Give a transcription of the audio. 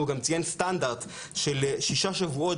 הוא גם ציין סטנדרט של שישה שבועות